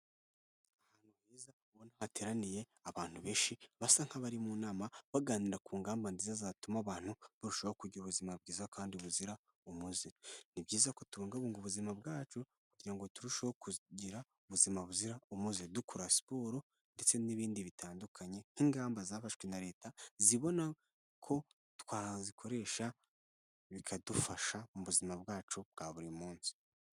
Bwiza tubona ko hateraniye abantu benshi basa nk'abari mu nama baganira ku ngamba nziza zatuma abantu barushaho kugira ubuzima bwiza kandi buzira umuze, ni byiza kubungabunga ubuzima bwacu kugira ngo turusheho kugira ubuzima buzira umuze dukora siporo ndetse n'ibindi bitandukanye nk'ingamba zafashwe na leta zibona ko twazikoresha bikadufasha mu buzima bwacu bwa buri munsi.